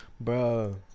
bro